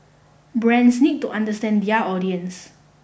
brands need to understand their audience